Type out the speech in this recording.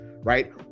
right